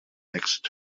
next